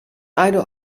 eine